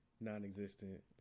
non-existent